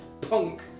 punk